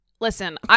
Listen